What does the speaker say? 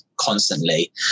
constantly